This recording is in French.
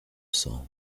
sang